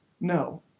no